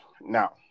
now